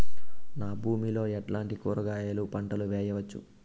నా భూమి లో ఎట్లాంటి కూరగాయల పంటలు వేయవచ్చు?